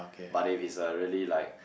but if it's a really like